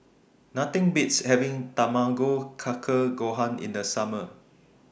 Nothing Beats having Tamago Kake Gohan in The Summer